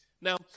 Now